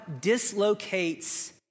dislocates